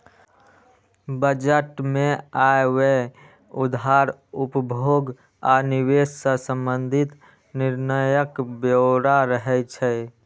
budget मे आय, व्यय, उधार, उपभोग आ निवेश सं संबंधित निर्णयक ब्यौरा रहै छै